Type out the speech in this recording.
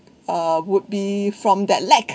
uh would be from that lack